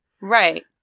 Right